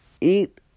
eat